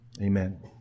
Amen